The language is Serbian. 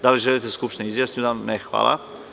Da li želite da se Skupština izjasni? (Ne) Hvala.